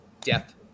death